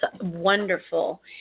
wonderful